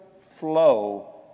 flow